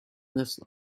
this